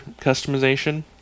customization